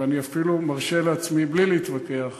ואני אפילו מרשה לעצמי בלי להתווכח